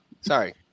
sorry